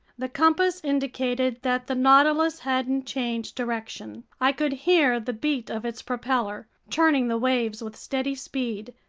the compass indicated that the nautilus hadn't changed direction. i could hear the beat of its propeller, churning the waves with steady speed.